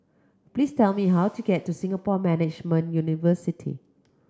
please tell me how to get to Singapore Management University